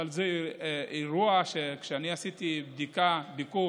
אבל זה אירוע שכשאני עשיתי ביקור